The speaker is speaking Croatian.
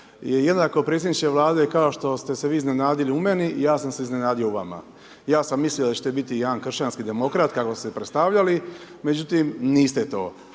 jednako predsjedniče Vlade kao što ste se vi iznenadili u meni, ja sam se iznenadio u vama. Ja sam mislio da ćete biti jedan kršćanski demokrat, kako ste se i predstavljali, međutim, niste to.